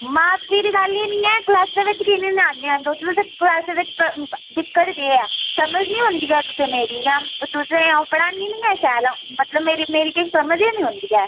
माफी दी गल्ल गै निं ऐ क्लासै बिच्च की निं होन्ने औन्ने ऐ तु'स ते क्लासै बिच्च दिक्क्त केह् ऐ समझ निं औंदी ऐ तु'सेंई मेरी जां तु'सेंई अ'ऊं पढ़ांदी निं आं शैल अ'ऊं मतलब मेरी मेरी किश समझ निं आंदी ऐ